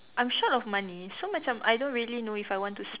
I'm short of money so macam I don't really know if I want to s~